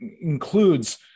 includes